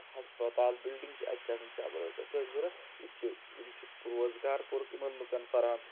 ہَسپَتال بِلڈِنٛگ چھِ اَتہِ چھِ آسان چَپرٲسۍ وَپرٲسۍ ضروٗرت یہِ تہِ چھِ یِم چھِ روزگار کوٚرُکھ یِمَن لُکَن فَراہَم